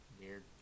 Weird